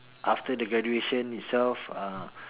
after the graduation itself uh